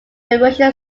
erosion